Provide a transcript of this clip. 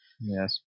Yes